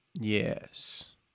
Yes